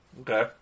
Okay